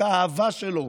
את האהבה שלו,